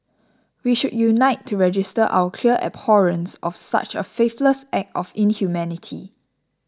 we should unite to register our clear abhorrence of such a faithless act of inhumanity